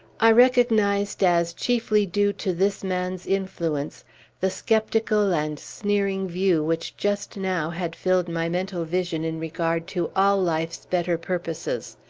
i recognized as chiefly due to this man's influence the sceptical and sneering view which just now had filled my mental vision in regard to all life's better purposes.